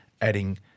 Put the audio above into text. adding